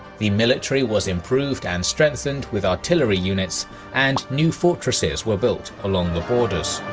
the military was improved and strengthened with artillery units and new fortresses were built along the borders.